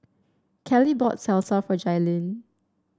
Keli bought Salsa for Jailene